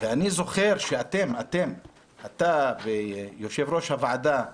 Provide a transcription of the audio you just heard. ואני זוכר שאתם, אתה ויושב-ראש הוועדה דאז,